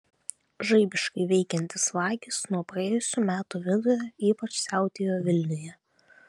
žaibiškai veikiantys vagys nuo praėjusių metų vidurio ypač siautėjo vilniuje